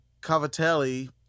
cavatelli